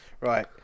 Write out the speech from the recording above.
Right